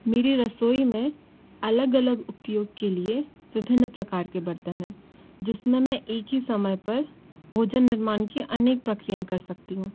मेरी रसोई में अलग अलग उपयोग के लिए विभिन्न प्रकार के बर्तन है जिसमें मैं एक ही समय पर भोजन निर्माण की अनेक प्रक्रियाएँ कर सकती हूँ